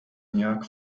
nějak